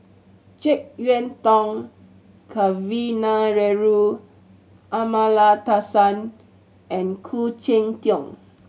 Jek Yeun Thong Kavignareru Amallathasan and Khoo Cheng Tiong